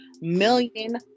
million